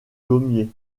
gommiers